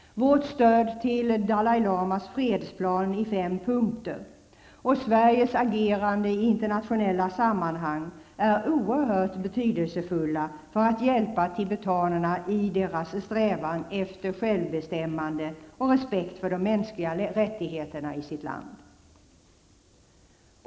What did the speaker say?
Vårt stöd till Dalai Lamas fredsplan i fem punkter och Sveriges agerande i internationella sammanhang är oerhört betydelsefulla som hjälp för tibetanerna i deras strävan efter självbestämmande och respekt för de mänskliga rättigheterna i sitt land.